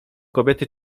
kobiety